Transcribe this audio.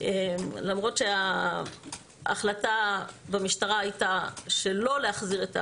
למרות שההחלטה במשטרה הייתה שלא להחזיר את הכסף,